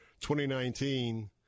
2019